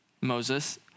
Moses